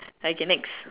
okay next